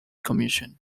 commission